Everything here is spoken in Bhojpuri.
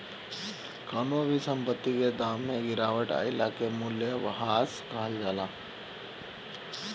कवनो भी संपत्ति के दाम में गिरावट आइला के मूल्यह्रास कहल जाला